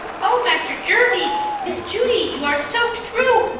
oh, master jervie miss judy! you are soaked through.